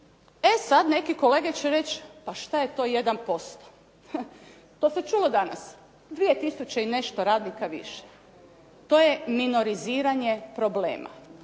E sad, neki kolege će reći pa šta je to 1%. To se čulo danas. 2 tisuće i nešto radnika više. To je minoriziranje problema.